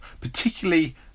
particularly